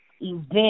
event